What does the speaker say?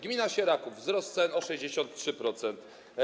Gmina Sieraków - wzrost cen o 63%.